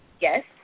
Yes